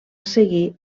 seguir